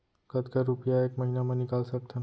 कतका रुपिया एक महीना म निकाल सकथन?